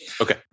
Okay